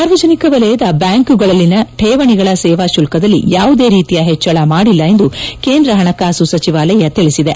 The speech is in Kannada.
ಸಾರ್ವಜನಿಕ ವಲಯದ ಬ್ಲಾಂಕುಗಳಲ್ಲಿನ ಕೇವಣಿಗಳ ಸೇವಾ ಶುಲ್ಲದಲ್ಲಿ ಯಾವುದೇ ರೀತಿಯ ಹೆಚ್ಚಳ ಮಾಡಿಲ್ಲ ಎಂದು ಕೇಂದ್ರ ಹಣಕಾಸು ಸಚಿವಾಲಯ ತಿಳಿಸಿದೆ